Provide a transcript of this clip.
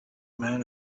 man